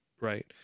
right